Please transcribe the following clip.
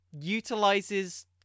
utilizes